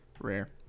rare